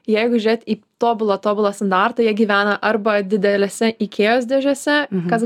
jeigu žiūrėt į tobulą tobulą standartą jie gyvena arba didelėse ikėjos dėžėse kas